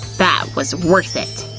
that was worth it!